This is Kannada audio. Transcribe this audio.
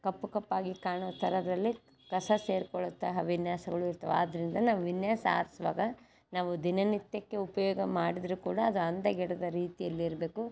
ಕಪ್ಪು ಕಪ್ಪಾಗಿ ಕಾಣೋ ಥರದಲ್ಲಿ ಕಸ ಸೇರ್ಕೊಳುತ್ತೆ ವಿನ್ಯಾಸಗಳು ಇರ್ತವೆ ಆದ್ದರಿಂದ ನಾವು ವಿನ್ಯಾಸ ಆರಿಸುವಾಗ ನಾವು ದಿನನಿತ್ಯಕ್ಕೆ ಉಪಯೋಗ ಮಾಡಿದರೂ ಕೂಡ ಅದು ಅಂದಗೆಡದ ರೀತಿಯಲ್ಲಿ ಇರಬೇಕು